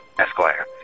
Esquire